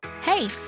Hey